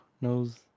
knows